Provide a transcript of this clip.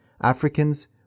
Africans